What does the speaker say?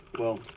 well,